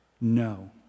No